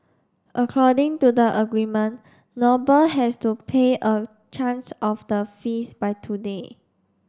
according to the agreement Noble has to pay a of the fees by today